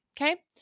Okay